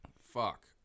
Fuck